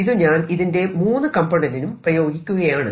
ഇത് ഞാൻ ഇതിന്റെ 3 കാംപോനന്റിനും പ്രയോഗിക്കയാണ്